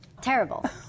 Terrible